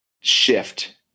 shift